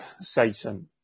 Satan